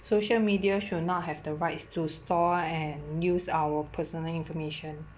social media should not have the rights to store and use our personal information